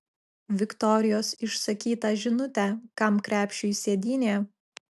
viktorijos išsakytą žinutę kam krepšiui sėdynė